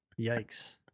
Yikes